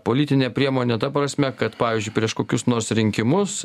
politine priemone ta prasme kad pavyzdžiui prieš kokius nors rinkimus